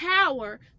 power